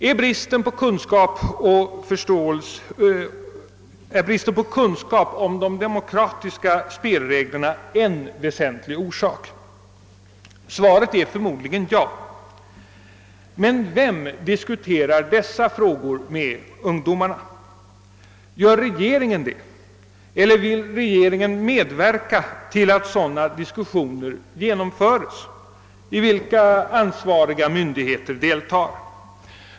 Är bristen på kunskap om de demokratiska spelreglerna en väsentlig orsak? Svaret är förmodligen ja. Men vem diskuterar dessa frågor med ungdomarna? Gör regeringen det? Eller vill regeringen medverka till att sådana diskussioner genomföres, vid vilka ansvariga myndigheter deltar?